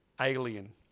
Alien